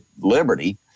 Liberty